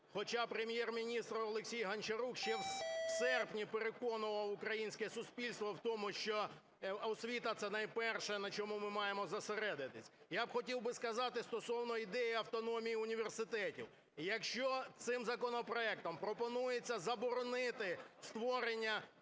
Хоча Прем'єр-міністр Олексій Гончарук ще в серпні переконував українське суспільство в тому, що освіта – це найперше, на чому ми маємо зосередитись. Я б хотів би сказати стосовно ідеї автономії університетів. Якщо цим законопроектом пропонується заборонити створення